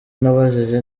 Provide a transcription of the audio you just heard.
nabajije